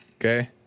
Okay